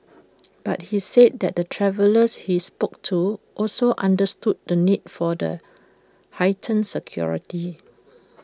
but he said that the travellers he spoke to also understood the need for the heightened security